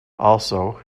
also